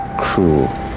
cruel